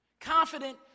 Confident